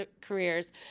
careers